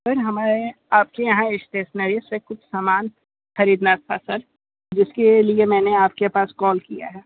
sir हमें आपके यहां स्टेशनरी से कुछ समान खरीदना था सर जिसके लिए मैंने आपके पास कॉल किया है